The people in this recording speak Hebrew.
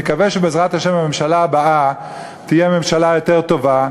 נקווה שבעזרת השם הממשלה הבאה תהיה ממשלה יותר טובה,